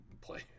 play